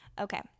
Okay